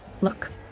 Look